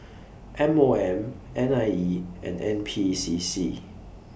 M O M N I E and N P C C